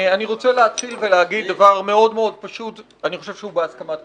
אני רוצה להתחיל ולהגיד דבר מאוד פשוט שאני חושב שהוא בהסכמת כולנו.